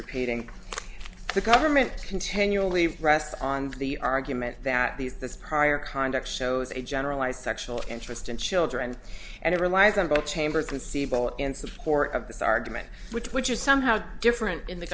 repeating the government continually rests on the argument that these this prior conduct shows a generalized sexual interest in children and it relies on both chambers and siebel in support of this argument which which is somehow different in the